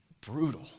brutal